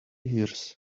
ears